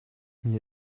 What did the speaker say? mir